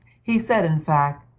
he said, in fact,